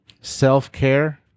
Self-care